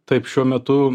taip šiuo metu